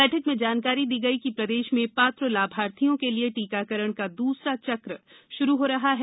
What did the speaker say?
बैठक में जानकारी दी गई कि प्रदेश में पात्र लाभार्थियों के लिये टीकाकरण का दूसरा चक्र आरंभ हो रहा है